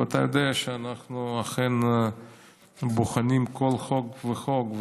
ואתה יודע שאנחנו אכן בוחנים כל חוק וחוק.